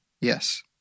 yes